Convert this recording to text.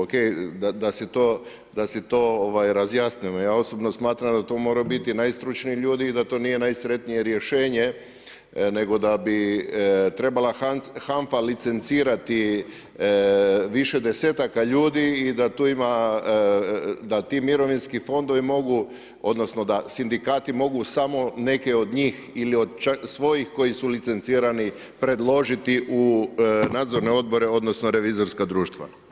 Ok, da se to razjasnimo, ja osobno smatram da to moraju biti najstručniji ljudi i da to nije najsretnije rješenje nego da bi trebala HANFA licencirati više desetaka ljudi i da tu ima, da ti mirovinski fondovi, mogu, odnosno, da sindikati mogu samo neke od njih, ili čak svojih koji su licencirali predložiti u nadzorne odobre, odnosno, revizorska društva.